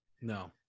No